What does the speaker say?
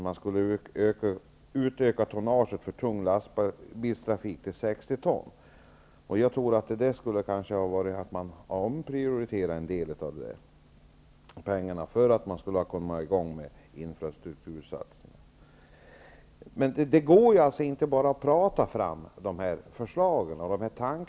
Man skulle utöka tonnaget för tung lastbilstrafik till 60 ton. Jag tror att man i stället skulle ha omprioriterat en del av pengarna för att komma i gång med infrastruktursatsningar. Men det går inte att bara prata fram de här förslagen och tankegångarna.